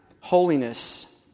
holiness